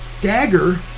dagger